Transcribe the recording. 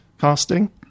casting